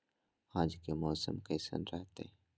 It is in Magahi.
आज के मौसम कैसन रहताई?